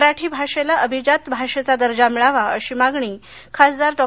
मराठी भाषेला अभिजात भाषेचा दर्जा मिळावा अशी मागणी खासदार डॉ